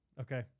Okay